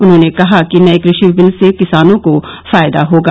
उन्होंने कहा कि नये कृषि बिल से किसानों को फायदा होगा